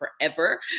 forever